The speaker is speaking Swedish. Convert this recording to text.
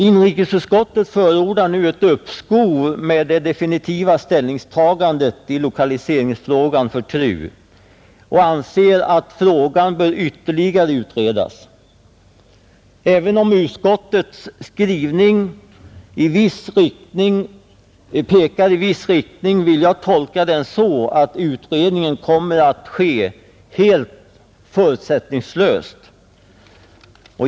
Inrikesutskottet förordar nu ett uppskov med det definitiva ställningstagandet i lokaliseringsfrågan för TRU och anser att frågan bör ytterligare utredas. Även om utskottets skrivning pekar i viss riktning vill jag tolka den så att utredningen kommer att ske helt förutsättningslöst.